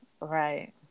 Right